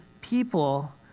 people